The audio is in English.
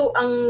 ang